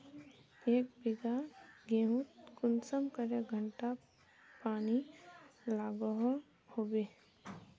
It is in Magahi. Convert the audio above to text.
एक बिगहा गेँहूत कुंसम करे घंटा पानी लागोहो होबे?